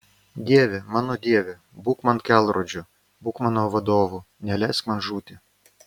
dieve mano dieve būk man kelrodžiu būk mano vadovu neleisk man žūti